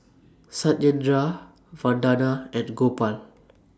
Satyendra Vandana and Gopal